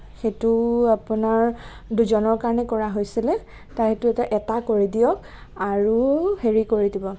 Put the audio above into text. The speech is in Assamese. সেইটো আপোনাৰ দুজনৰ কাৰণে কৰা হৈছিলে সেইটো এতিয়া এটা কৰি দিয়ক আৰু হেৰি কৰি দিব